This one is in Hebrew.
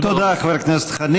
תודה רבה.